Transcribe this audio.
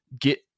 get